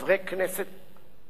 שחולקים לחלוטין